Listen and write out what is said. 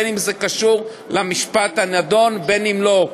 בין שהוא קשור למשפט הנדון ובין שלא.